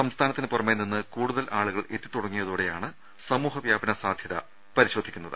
സംസ്ഥാനത്തിന് പുറമെ നിന്ന് കൂടുതൽ ആളുകൾ എത്തിത്തുടങ്ങിയതോടെയാണ് സമൂഹ വ്യാപനസാധ്യത പരിശോധിക്കുന്നത്